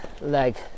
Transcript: leg